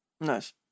nice